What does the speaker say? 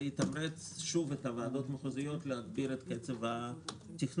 יתמרץ שוב את הוועדות המחוזיות להגביר את קצב התכנון.